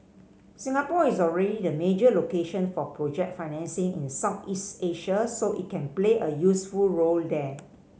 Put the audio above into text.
Singapore is already the major location for project financing in Southeast Asia so it can play a useful role there